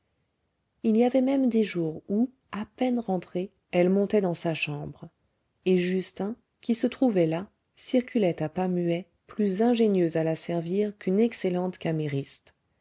il y avait même des jours où à peine rentrée elle montait dans sa chambre et justin qui se trouvait là circulait à pas muets plus ingénieux à la servir qu'une excellente camériste